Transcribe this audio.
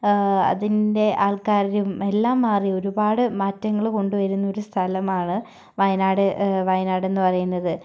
അതിൻ്റെ ആൾക്കാരും എല്ലാം മാറി ഒരുപാട് മാറ്റങ്ങൾ കൊണ്ടുവരുന്ന ഒരു സ്ഥലമാണ് വയനാട് വയനാട് എന്നു പറയുന്നത്